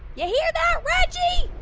yeah hear that, reggie?